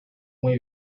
muy